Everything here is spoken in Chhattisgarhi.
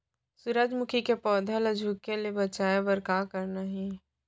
सूरजमुखी के पौधा ला झुके ले बचाए बर का करना हे?